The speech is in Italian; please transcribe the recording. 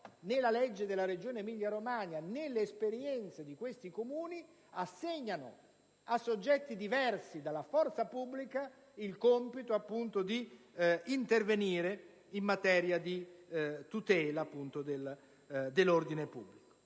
né la legge della regione Emilia-Romagna né le esperienze di questi comuni assegnano a soggetti diversi dalle forze dell'ordine il compito di intervenire in materia di tutela dell'ordine pubblico.